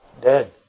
dead